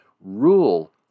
Rule